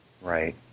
Right